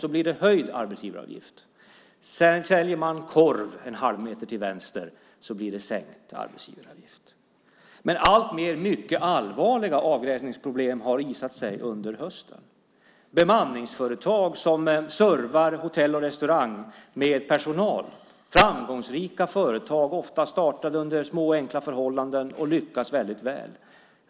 Där blir det höjd arbetsgivaravgift. Man säljer också korv en halv meter till vänster. Där blir det sänkt arbetsgivaravgift. Allt allvarligare avgränsningsproblem har visat sig under hösten. Bemanningsföretag som servar hotell och restauranger med personal riskerar att få lämna branschen. Det är framgångsrika företag, ofta startade under små och enkla förhållanden, som har lyckats väldigt väl.